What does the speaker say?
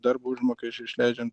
darbo užmokesčiui išleidžiam